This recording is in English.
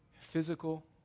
physical